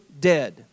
dead